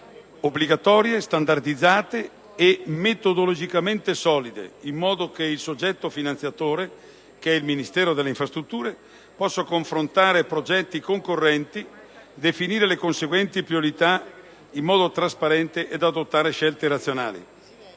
obbligatorie, standardizzate e metodologicamente solide, in modo che il soggetto finanziatore - il Ministero delle infrastrutture - possa confrontare progetti concorrenti, definire le conseguenti priorità in modo trasparente ed adottare scelte razionali.